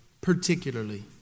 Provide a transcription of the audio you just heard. particularly